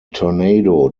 tornado